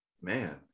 Man